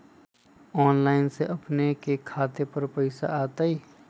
Online से अपने के खाता पर पैसा आ तई?